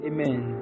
Amen